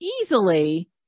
easily